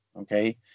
okay